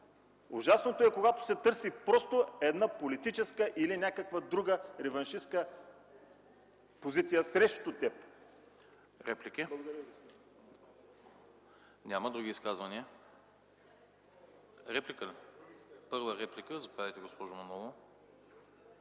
Ужасното е, когато се търси просто една политическа или някаква друга реваншистка позиция срещу теб.